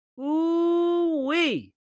ooh-wee